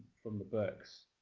from the burkes